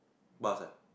bus ah